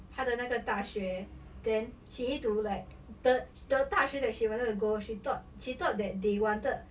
她的那个大学 then she need to like the the 大学 that she wanted to go she thought she thought that they wanted